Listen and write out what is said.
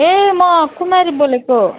ए म कुमारी बोलेको